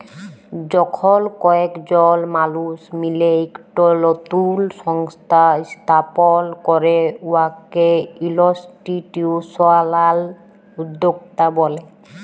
যখল কয়েকজল মালুস মিলে ইকট লতুল সংস্থা ইস্থাপল ক্যরে উয়াকে ইলস্টিটিউশলাল উদ্যক্তা ব্যলে